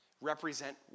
Represent